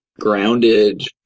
grounded